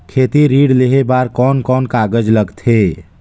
खेती ऋण लेहे बार कोन कोन कागज लगथे?